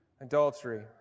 adultery